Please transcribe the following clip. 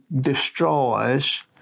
destroys